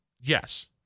Yes